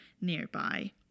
nearby